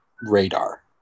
radar